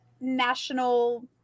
national